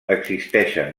existeixen